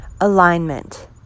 Alignment